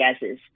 gases